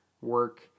work